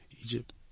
Egypt